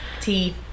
Tea